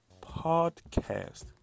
Podcast